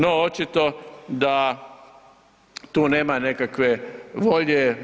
No, očito da tu nema nekakve volje.